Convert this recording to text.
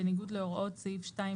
בניגוד להוראות סעיף